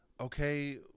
okay